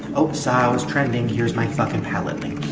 oh, saw i was trending, here's my f-cking palette link,